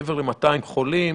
מעבר ל-200 חולים,